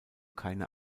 keine